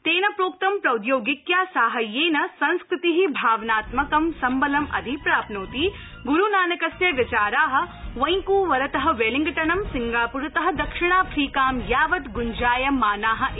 तेन प्रोक्तं प्रौद्यौगिक्या साहाय्येन संस्कृति भावनात्मकं सम्बलं अधिप्राप्नोति ग्रोनानकस्य विचारा वैकूंवरत वेलिङ्गटनं सिंगापुरत दक्षिणाफ्रीकां यावत् गुञ्जायमाना इति